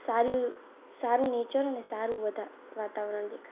સારું સારું નેચર અને સારું વધા વાતાવરણ દેખાય છે